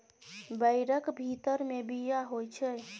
बैरक भीतर मे बीया होइ छै